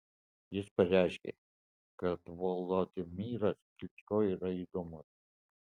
jis pareiškė kad volodymyras klyčko yra įdomus